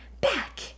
back